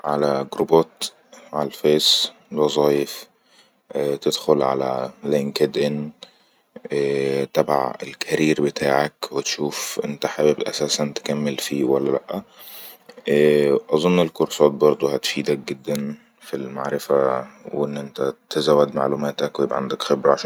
علي جروبات على الفيس وظايف تدخل على لندن ان تبع الكارير بتاعك وتشوف انت حابب اساسن تكمل فيه ولا لأ اظن الكورسات برضو هتفيدك جدا في المعرفة وان انت تزود معلوماتك يبئا عندك خبرة عشان